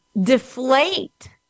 deflate